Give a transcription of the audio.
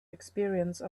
experience